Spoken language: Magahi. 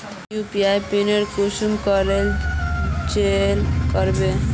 यु.पी.आई पिन कुंसम करे चेंज करबो?